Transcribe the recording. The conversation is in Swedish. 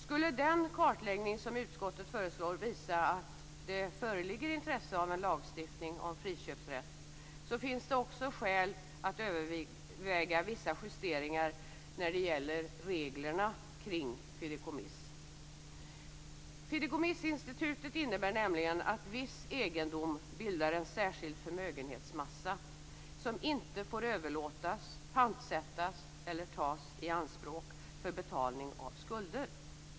Skulle den kartläggning som utskottet föreslår visa att det föreligger intresse av en lagstiftning om friköpsrätt så finns det också skäl att överväga vissa justeringar när det gäller reglerna kring fideikommiss. Fideikommissinstitutet innebär nämligen att viss egendom bildar en särskild förmögenhetsmassa som inte får överlåtas, pantsättas eller tas i anspråk för betalning av skulder.